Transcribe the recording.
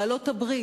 בעלות-הברית,